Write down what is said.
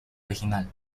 original